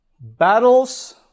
Battles